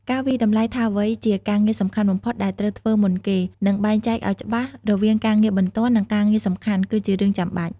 ការវាយតម្លៃថាអ្វីជាការងារសំខាន់បំផុតដែលត្រូវធ្វើមុនគេ និងបែងចែកឲ្យច្បាស់រវាងការងារបន្ទាន់ និងការងារសំខាន់ គឺជារឿងចាំបាច់។